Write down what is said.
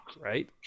right